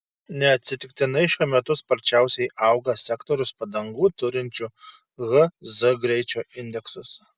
neatsitiktinai šiuo metu sparčiausiai auga sektorius padangų turinčių h z greičio indeksus